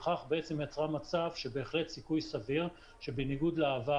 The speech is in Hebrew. בכך יצרה מצב שבהחלט סיכוי סביר שבניגוד לעבר,